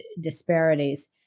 disparities